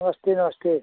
नमस्ते नमस्ते